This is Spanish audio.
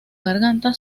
garganta